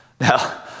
Now